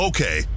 Okay